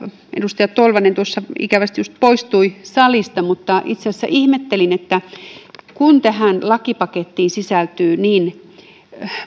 edustaja tolvanen tuossa ikävästi juuri poistui salista mutta itse asiassa ihmettelin kun tähän lakipakettiin sisältyy niin